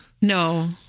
no